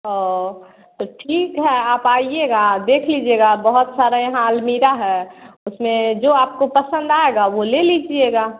ओह तो ठीक है आप आइएगा देख लीजिएगा बहुत सारा यहाँ अलमीरा है उसमें जो आपको पसंद आएगा वह ले लीजिएगा